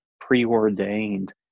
preordained